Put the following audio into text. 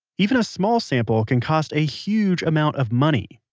even a small sample can cost a huge amount of money.